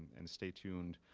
and stay tuned.